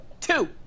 Two